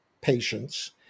patients